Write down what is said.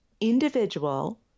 individual